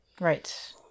Right